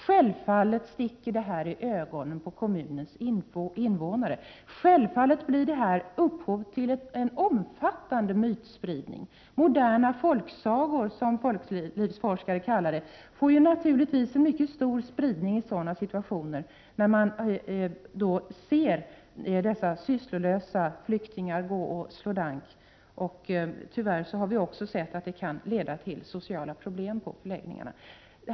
Självfallet sticker detta i ögonen på kommunens invånare. Självfallet ger detta upphov till en omfattande mytspridning. Moderna folksagor, som folklivsforskare kallar det, får naturligtvis en mycket stor spridning i situationer där man ser sysslolösa flyktingar gå och slå dank. Tyvärr har vi också sett att det kan leda till sociala problem på förläggningarna.